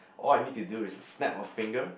all I need to do is to snap a finger